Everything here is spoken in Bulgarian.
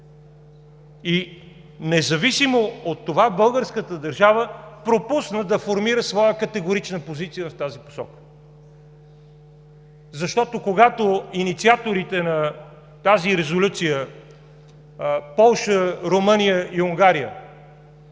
Независимо от това, българската държава пропусна да формира своя категорична позиция в тази посока. Защото, когато инициаторите на тази резолюция – Полша, Румъния и Унгария,